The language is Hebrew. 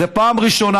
זאת פעם ראשונה,